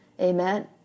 Amen